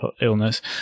illness